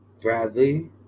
Bradley